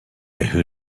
who